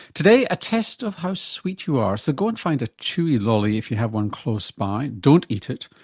today, a test of how sweet you are, so go and find a chewy lolly if you have one close by, don't eat it,